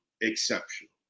exceptional